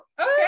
Okay